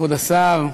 כבוד השר,